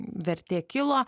vertė kilo